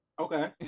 Okay